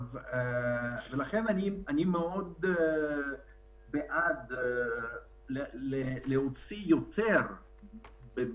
לכן אני מאוד בעד להוציא יותר היום,